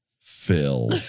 Phil